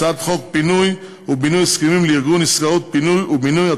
ובהצעת חוק פינוי ובינוי (הסכמים לארגון עסקאות פינוי ובינוי),